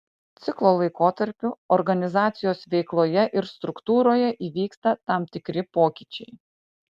ciklo laikotarpiu organizacijos veikloje ir struktūroje įvyksta tam tikri pokyčiai